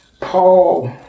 Paul